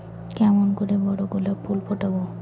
কেমন করে বড় গোলাপ ফুল ফোটাব?